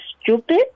stupid